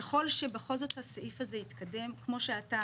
ככל שבכל זאת הסעיף הזה יתקדם, כמו שאתה